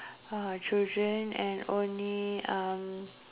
ah children and only uh